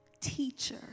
teacher